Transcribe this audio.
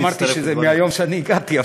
לא אמרתי שזה מהיום שאני הגעתי,